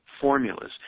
formulas